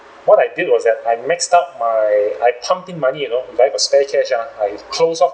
what I did was that I maxed up my I pumped in money you know if I have spare cash ah I close off